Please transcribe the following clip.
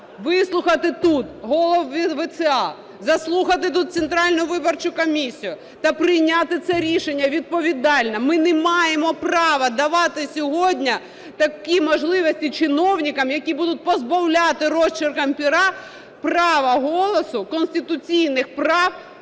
вислухати тут голів ВЦА, заслухати тут Центральну виборчу комісію та прийняти це рішення відповідальне. Ми не маємо права давати сьогодні такі можливості чиновникам, які будуть позбавляти розчерком пера права голосу, конституційних прав